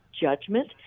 judgment